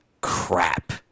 crap